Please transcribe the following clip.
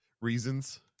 reasons